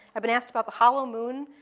i've been asked about the hollow moon,